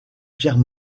pierre